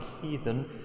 heathen